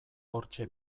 hortxe